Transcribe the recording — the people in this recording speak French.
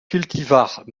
cultivars